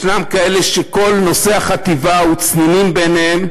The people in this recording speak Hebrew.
ישנם כאלה שכל נושא החטיבה הוא לצנינים בעיניהם